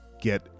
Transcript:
get